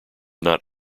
not